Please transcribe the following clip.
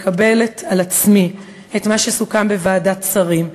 ומקבלת על עצמי את מה שסוכם בוועדת שרים: